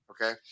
Okay